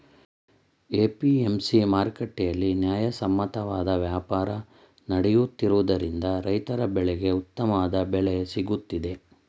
APMC ಮಾರುಕಟ್ಟೆಯಲ್ಲಿ ನ್ಯಾಯಸಮ್ಮತವಾದ ವ್ಯಾಪಾರ ನಡೆಯುತ್ತಿರುವುದರಿಂದ ರೈತರ ಬೆಳೆಗೆ ಉತ್ತಮವಾದ ಬೆಲೆ ಸಿಗುತ್ತಿದೆ